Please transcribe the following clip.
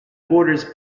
borders